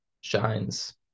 shines